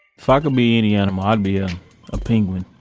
talk um be any animal, i'd be yeah a penguin.